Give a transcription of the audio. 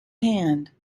hand